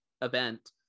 event